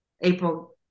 April